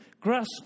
Grasp